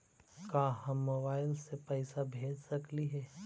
का हम मोबाईल से पैसा भेज सकली हे?